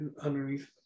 underneath